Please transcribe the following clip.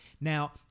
Now